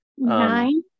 Nine